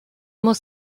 muss